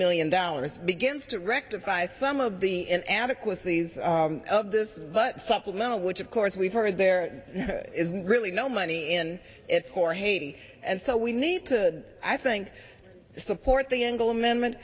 million dollars begins to rectify some of the in adequacy of this but supplemental which of course we've heard there is really no money in it for haiti and so we need to i think support the engle amendment